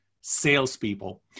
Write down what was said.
salespeople